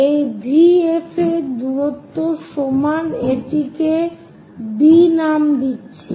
এই V F এর দূরত্ব সমান এটিকে B নাম দিচ্ছি